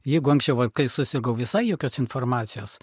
jeigu anksčiau va kai susirgau visai jokios informacijos